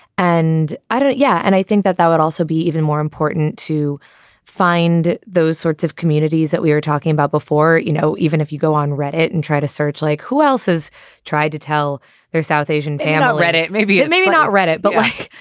and i don't. yeah. and i think that that would also be even more important to find those sorts of communities that we were talking about before. you know, even if you go on, read it and try to search like who else has tried to tell their south asian pan, i'll read it maybe it may not read it but like,